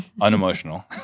Unemotional